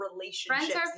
relationships